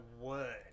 word